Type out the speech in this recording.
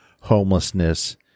homelessness